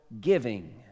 giving